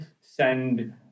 send